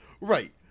Right